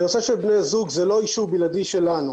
בנושא של בני זוג, זה לא אישור בלעדי שלנו.